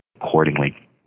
accordingly